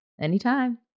Anytime